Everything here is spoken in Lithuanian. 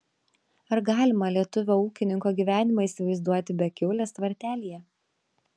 ar galima lietuvio ūkininko gyvenimą įsivaizduoti be kiaulės tvartelyje